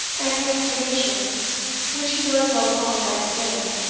and the explanation which he was well qualified to give,